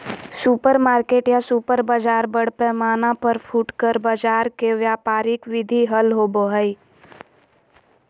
supermarket या super बाजार बड़ पैमाना पर फुटकर बाजार के व्यापारिक विधि हल होबा हई